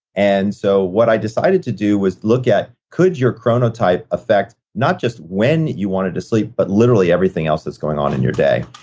and so what i decided to do was look at, could your chronotype affect not just when you wanted to sleep, but literally everything else that's going on in your day?